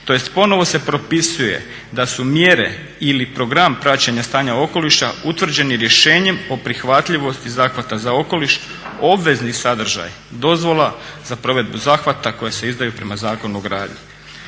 tj. ponovno se propisuje da su mjere ili program praćenja stanja okoliša utvrđeni rješenjem o prihvatljivosti zahvata za okoliš obvezni sadržaj dozvola za provedbu zahvata koja se izdaju prema Zakonu o gradnji.